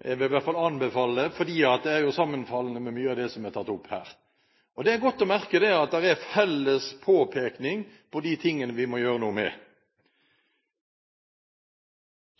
Jeg vil i hvert fall anbefale det, for det er sammenfallende med mye av det som er tatt opp her. Det er godt å merke at det er en felles påpekning av de tingene vi må gjøre noe med.